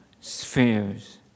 spheres